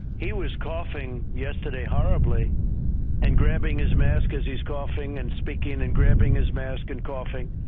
he was coughing yesterday horribly and grabbing his mask as he's coughing and speaking and grabbing his mask and coughing.